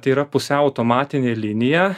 tai yra pusiau automatinė linija